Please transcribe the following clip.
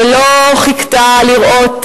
ולא חיכתה לראות,